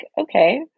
okay